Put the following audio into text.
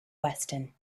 weston